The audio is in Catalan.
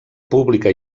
pública